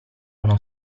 uno